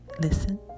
listen